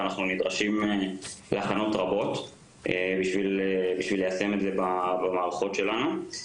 ואנחנו נדרשים להכנות רבות בשביל ליישם את זה במערכות שלנו.